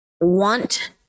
want